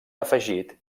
afegit